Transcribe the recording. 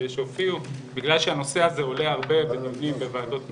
בגלל שהנושא הזה עולה הרבה בוועדות,